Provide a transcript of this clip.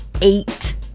eight